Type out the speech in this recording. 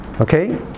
okay